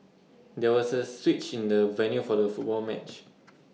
there was A switch in the venue for the football match